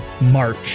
March